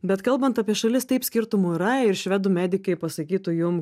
bet kalbant apie šalis taip skirtumų yra ir švedų medikai pasakytų jum